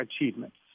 achievements